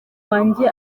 wanjye